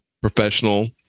professional